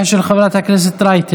אני קובע שהצעת חוק שוויון